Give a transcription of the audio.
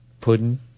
Pudding